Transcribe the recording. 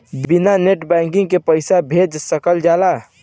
बिना net banking के पईसा भेज सकल जाला?